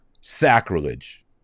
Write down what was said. Sacrilege